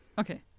Okay